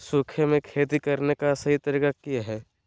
सूखे में खेती करने का सही तरीका की हैय?